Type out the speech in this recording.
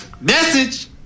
message